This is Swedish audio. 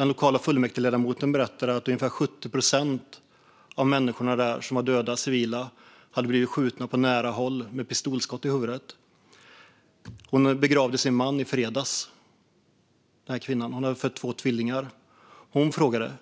En lokal fullmäktigeledamot berättade att ungefär 70 procent av de civila som dödats där hade blivit skjutna på nära håll med pistolskott i huvudet. Den här kvinnan, som hade fött två tvillingar, begravde sin man i fredags. Hon frågade: